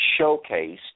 showcased